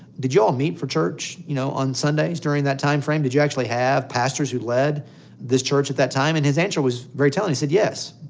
did y'all meet for church, you know, on sundays during that time frame? did you actually have pastors who led this church at that time? and his answer was very telling. he said, yes,